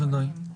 ודאי.